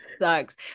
sucks